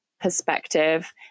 perspective